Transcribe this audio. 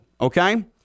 okay